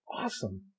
Awesome